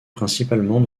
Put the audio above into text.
principalement